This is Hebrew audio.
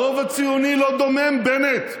הרוב הציוני לא דומם, בנט,